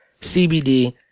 CBD